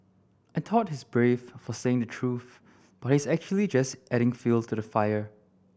he thought he's brave for saying the truth but he's actually just adding fuel to the fire